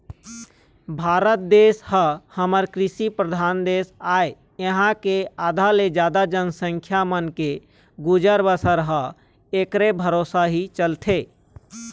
भारत देश ह हमर कृषि परधान देश आय इहाँ के आधा ले जादा जनसंख्या मन के गुजर बसर ह ऐखरे भरोसा ही चलथे